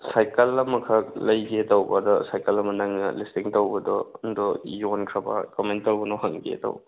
cycle ꯑꯃꯈꯛ ꯂꯩꯒꯦ ꯇꯧꯕ ꯑꯗꯨꯗ ꯁꯥꯏꯀꯜ ꯑꯃ ꯅꯪꯅ ꯂꯤꯁꯇꯤꯡ ꯇꯧꯕꯗꯣ ꯑꯗꯣ ꯌꯣꯟꯈ꯭ꯔꯕ ꯀꯃꯥꯏꯅ ꯇꯧꯕꯅꯣ ꯍꯪꯒꯦ ꯇꯧꯕ